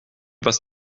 was